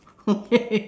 okay